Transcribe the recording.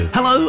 Hello